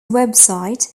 website